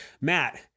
Matt